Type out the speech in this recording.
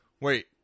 wait